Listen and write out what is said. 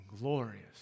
Glorious